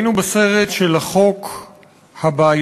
היינו בסרט של החוק הבעייתי,